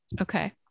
Okay